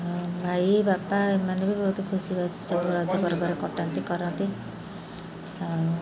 ଆଉ ଭାଇ ବାପା ଏମାନେ ବି ବହୁତ ଖୁସିବାସି ସବୁ ରଜ ପର୍ବରେ କଟାନ୍ତି କରନ୍ତି ଆଉ